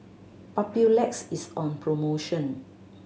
Papulex is on promotion